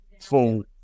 full